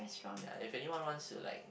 yeah if anyone wants to like